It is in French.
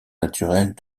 naturelles